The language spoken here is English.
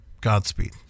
Godspeed